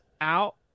out